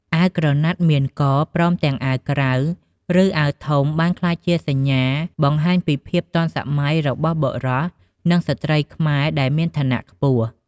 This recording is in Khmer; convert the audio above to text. អាវក្រណាត់មានក ព្រមទាំងអាវក្រៅ ឬ អាវធំបានក្លាយជាសញ្ញាបង្ហាញពីភាពទាន់សម័យរបស់បុរស និងស្ត្រីខ្មែរដែលមានឋានៈខ្ពស់។